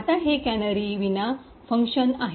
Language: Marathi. आता हे कॅनरीविना फंक्शन आहे